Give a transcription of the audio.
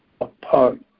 apart